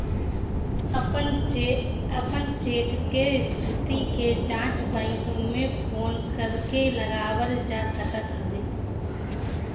अपन चेक के स्थिति के जाँच बैंक में फोन करके लगावल जा सकत हवे